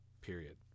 Period